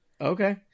Okay